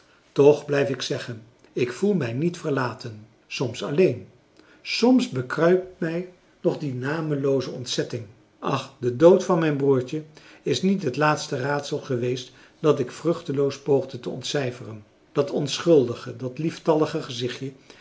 toch blijf ik zeggen ik voel mij niet verlaten soms alleen soms bekruipt mij nog die namelooze ontzetting ach de dood van mijn broertje is niet het laatste raadsel geweest dat ik vruchteloos poogde te ontcijferen dat onschuldige dat lieftallige gezichtje